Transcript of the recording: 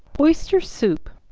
oyster soup.